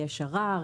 יש ערר,